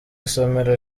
isomero